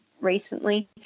recently